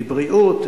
מבריאות,